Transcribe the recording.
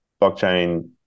blockchain